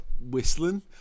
whistling